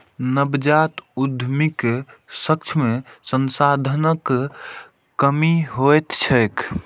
नवजात उद्यमीक समक्ष संसाधनक कमी होइत छैक